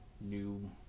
new